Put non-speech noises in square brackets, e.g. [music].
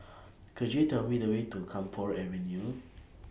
[noise] Could YOU Tell Me The Way to Camphor Avenue [noise]